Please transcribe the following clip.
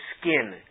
skin